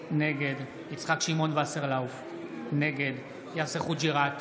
נגד יצחק שמעון וסרלאוף, נגד יאסר חוג'יראת,